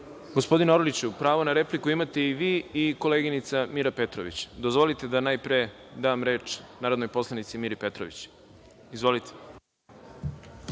Orliću, pravo na repliku imate i vi i koleginica Mira Petrović. Dozvolite da najpre dam reč narodnoj poslanici Miri Petrović. Izvolite.